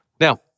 Now